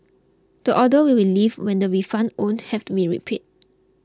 the order will be lifted when the refunds owed have to be repaid